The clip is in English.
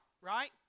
Right